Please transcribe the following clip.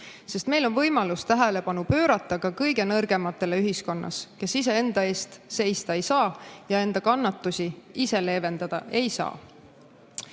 sest meil on võimalus tähelepanu pöörata ka kõige nõrgematele ühiskonnas, kes ise enda eest seista ja ise enda kannatusi leevendada ei saa.